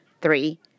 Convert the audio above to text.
three